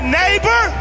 neighbor